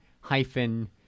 hyphen